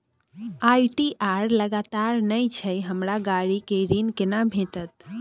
ITR लगातार नय छै हमरा गाड़ी के ऋण केना भेटतै?